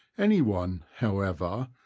anyone, however,